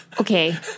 Okay